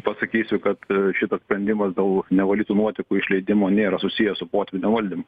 pasakysiu kad šitas sprendimas dėl nevalytų nuotekų išleidimo nėra susijęs su potvynio valdymu